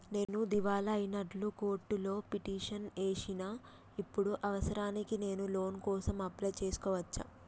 నేను దివాలా అయినట్లు కోర్టులో పిటిషన్ ఏశిన ఇప్పుడు అవసరానికి నేను లోన్ కోసం అప్లయ్ చేస్కోవచ్చా?